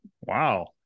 Wow